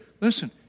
Listen